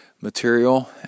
Material